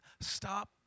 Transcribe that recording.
stop